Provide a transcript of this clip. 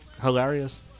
hilarious